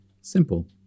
Simple